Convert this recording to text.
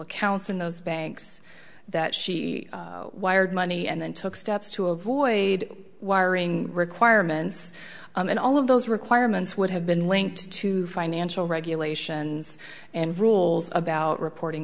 accounts in those banks that she wired money and then took steps to avoid wiring requirements and all of those requirements would have been linked to financial regulations and rules about reporting